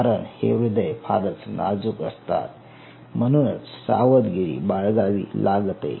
कारण हे हृदय फारच नाजूक असतात म्हणूनच सावधगिरी बाळगावी लागते